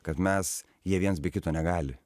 kad mes jie viens be kito negali